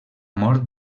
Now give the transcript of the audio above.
mort